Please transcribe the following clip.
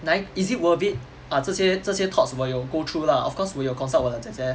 like is it worth it ah 这些这些 thoughts 我有 go through lah of course 我有 consult 我的姐姐